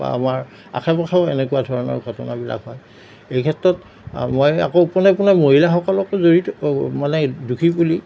বা আমাৰ আশে পাশেও এনেকুৱা ধৰণৰ ঘটনাবিলাক হয় এই ক্ষেত্ৰত মই আকৌ পোনে পোনে মহিলাসকলক জড়িত অ' মানে দোষী বুলি